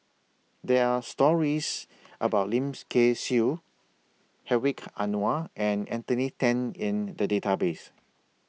There Are stories about Lim's Kay Siu Hedwig Anuar and Anthony Then in The Database